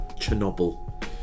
Chernobyl